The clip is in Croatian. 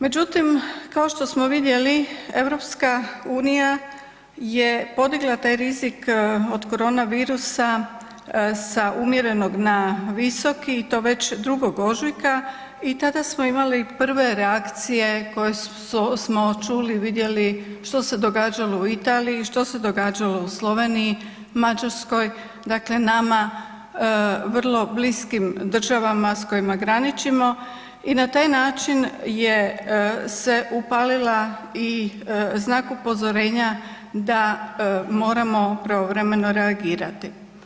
Međutim, kao što smo vidjeli, EU je podigla taj rizik od koronavirusa sa umjerenog na visoki i to već 2. ožujka i tada smo imali prve reakcije koje smo čuli i vidjeli, što se događalo u Italiji, što se događalo u Sloveniji, Mađarskoj, dakle nama vrlo bliskim državama s kojima graničimo i na taj način je se upalila i znak upozorenja da moramo pravovremeno reagirati.